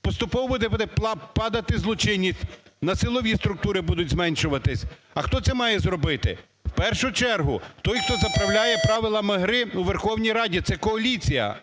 поступово буде падати злочинність, на силові структури будуть зменшуватись. А хто це має зробити? В першу чергу той, хто заправляє правилам гри у Верховній Раді, це коаліція.